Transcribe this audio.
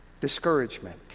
Discouragement